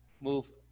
move